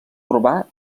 urbà